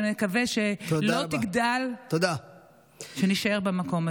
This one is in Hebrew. שנקווה שלא תגדל ושנישאר במקום הזה.